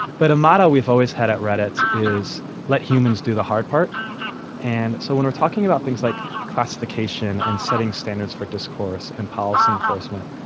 but a motto we've always had at reddit is let humans do the hard part and so when we're talking about things like classification and setting standards for discourse and policy enforcement,